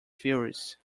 theories